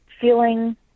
feeling